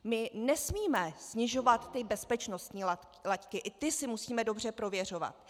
My nesmíme snižovat bezpečnostní laťky, i ty si musíme dobře prověřovat.